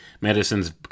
Medicines